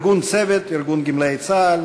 "צוות" ארגון גמלאי צה"ל,